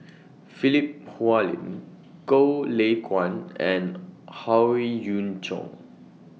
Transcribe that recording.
Philip Hoalim Goh Lay Kuan and Howe Yoon Chong